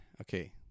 okay